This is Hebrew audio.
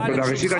ראשית,